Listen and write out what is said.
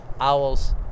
owls